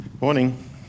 Morning